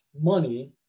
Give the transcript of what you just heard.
money